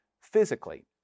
physically